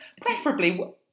preferably